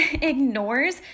ignores